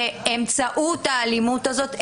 באמצעות האלימות הזאת,